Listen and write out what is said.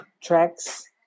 tracks